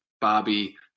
Bobby